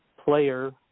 player